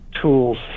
tools